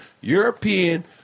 European